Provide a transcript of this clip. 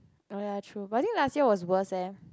oh ya true but I think last year was worst leh